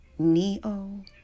Neo